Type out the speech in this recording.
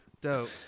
Dope